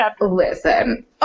listen